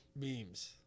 memes